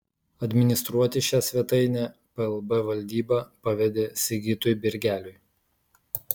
administruoti šią svetainę plb valdyba pavedė sigitui birgeliui